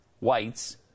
whites